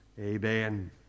Amen